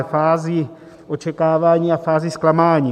Fázi očekávání a fázi zklamání.